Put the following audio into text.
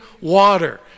water